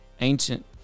ancient